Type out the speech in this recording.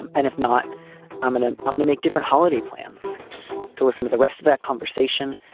and and if not eminent, i'm going to make different holiday plans to listen to the rest of that conversation.